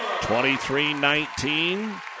23-19